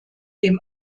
dem